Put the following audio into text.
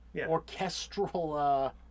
orchestral